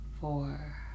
four